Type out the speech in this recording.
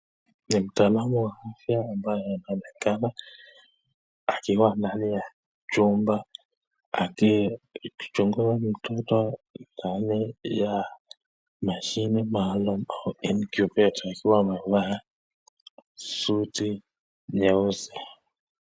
Mtaalamu wa afya ambaye anaonekana akiwa ndani ya chumba akichukua mtoto ndani ya mashine maalum au incubator ,akiwa vaa suti nyeusi.